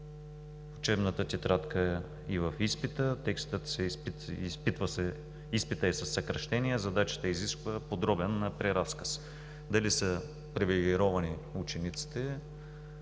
Учебната тетрадка е и в изпита, изпитът е със съкращения, задачата изисква подробен преразказ. Дали са привилегировани учениците?